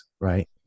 right